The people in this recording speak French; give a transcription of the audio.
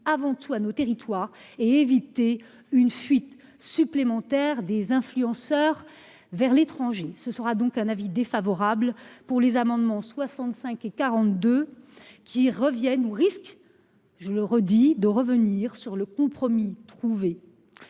avant tout à nos territoires et éviter une fuite supplémentaire des influenceurs vers l'étranger. Ce sera donc un avis défavorable pour les amendements. 65 42. Qui reviennent au risque, je le redis, de revenir sur le compromis trouvé.